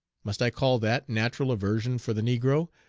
must i call that natural aversion for the negro,